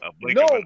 No